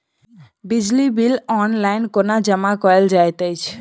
बिजली bill online कोना जमा कएल जाइत अछि?